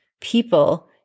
people